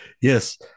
Yes